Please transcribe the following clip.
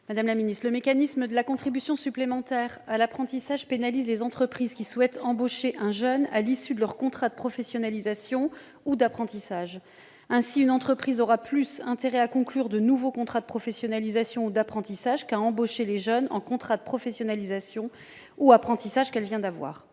Guillotin. Le mécanisme de la contribution supplémentaire à l'apprentissage pénalise les entreprises qui souhaitent embaucher un jeune à l'issue de son contrat de professionnalisation ou d'apprentissage. Ainsi, une entreprise aura davantage intérêt à conclure de nouveaux contrats de professionnalisation ou d'apprentissage qu'à embaucher les jeunes qu'elle vient de recruter en contrat de professionnalisation ou d'apprentissage. Nous proposons donc